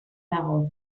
dago